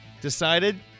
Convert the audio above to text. decided